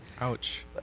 Ouch